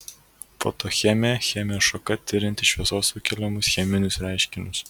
fotochemija chemijos šaka tirianti šviesos sukeliamus cheminius reiškinius